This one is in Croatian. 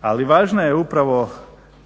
ali važna je upravo